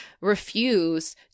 refuse